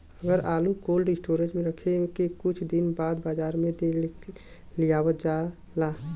अगर आलू cold storage में रख के कुछ दिन बाद बाजार में लियावल जा?